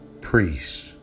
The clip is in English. priests